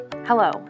Hello